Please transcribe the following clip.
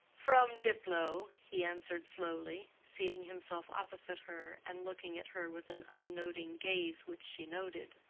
from diplow, he answered slowly, seating himself opposite her and looking at her with an unnoting gaze which she noted.